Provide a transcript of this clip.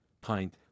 pint